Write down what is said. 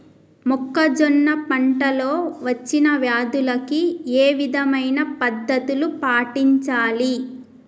మొక్కజొన్న పంట లో వచ్చిన వ్యాధులకి ఏ విధమైన పద్ధతులు పాటించాలి?